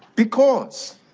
because